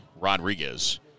Rodriguez